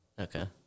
Okay